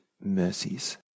mercies